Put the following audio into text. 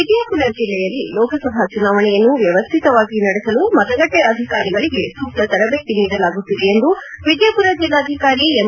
ವಿಜಯಪುರ ಜಿಲ್ಲೆಯಲ್ಲಿ ಲೋಕಸಭಾ ಚುನಾವಣೆಯನ್ನು ವ್ಯವಸ್ಥಿತವಾಗಿ ನಡೆಸಲು ಮತಗಟ್ಟೆ ಅಧಿಕಾರಿಗಳಿಗೆ ಸೂಕ್ತ ತರಬೇತಿ ನೀಡಲಾಗುತ್ತಿದೆ ಎಂದು ವಿಜಯಪುರ ಜಿಲ್ಲಾಧಿಕಾರಿ ಎಂ